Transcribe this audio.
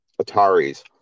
Atari's